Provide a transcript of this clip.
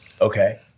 Okay